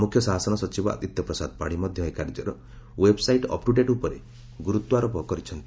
ମୁଖ୍ୟ ଶାସନ ସଚିବ ଆଦିତ୍ୟ ପ୍ରସାଦ ପାତ୍ୀ ମଧ ଏହି କାର୍ଯ୍ୟର ଓ୍ୱେବ୍ସାଇଟ୍ ଅପ୍ଟୁଡେଟ୍ ଉପରେ ଗୁରୁତ୍ୱାରୋପ କରିଛନ୍ତି